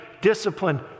discipline